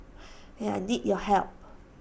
I need your help